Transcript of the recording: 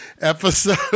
episode